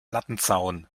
lattenzaun